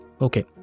Okay